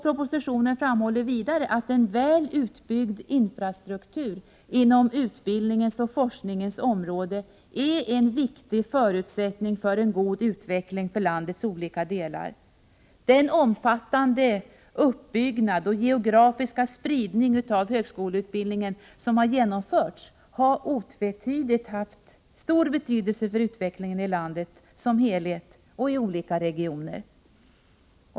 Propositionen framhåller vidare att en väl utbyggd infrastruktur inom utbildningens och forskningens område är en viktig förutsättning för en god utveckling för landets olika delar. Den omfattande uppbyggnad och geografiska spridning av högskoleutbildningen som har genomförts har otvetydigt haft stor betydelse för utvecklingen i landet som helhet och i olika regioner.